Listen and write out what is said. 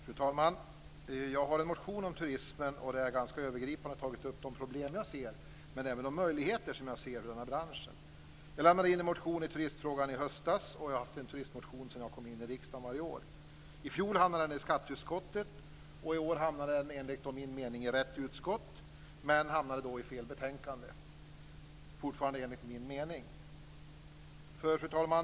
Fru talman! Jag har en motion om turismen, där jag ganska övergripande har tagit upp de problem, men även de möjligheter, som jag ser i branschen. Jag lämnade in en motion i turismfrågan i höstas. Jag har haft en turismmotion varje år sedan jag kom in i riksdagen. I fjol hamnade den i skatteutskottet och i år hamnade den, enligt min mening, i rätt utskott men i fel betänkande - fortfarande enligt min mening. Fru talman!